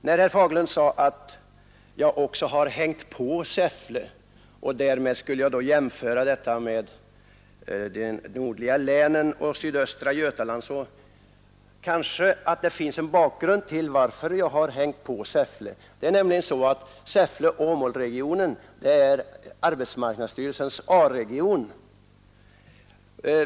Herr Fagerlund sade att jag ”hängt på” Säffle för att därmed jämställa den regionen med de nordliga länen och sydöstra Götaland. Det finns en bakgrund till detta. Säffle-Åmålregionen är arbetsmarknadsstyrelsens A-region.